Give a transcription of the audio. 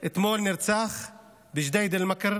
אתמול נרצח בג'דיידה-מכר